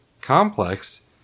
complex